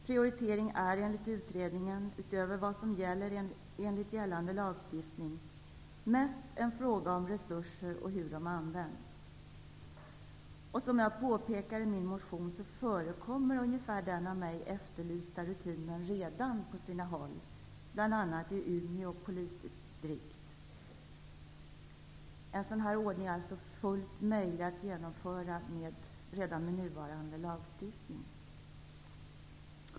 Prioritering är enligt utredningen, utöver vad som gäller enligt gällande lagstiftning, mest en fråga om resurser och hur de används. Som jag påpekar i min motion förekommer ungefär den av mig efterlysta rutinen redan på sina håll, bl.a. i Umeå polisdistrikt. En sådan här ordning är alltså fullt möjlig att genomföra redan med nuvarande lagstiftning.